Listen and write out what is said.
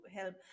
help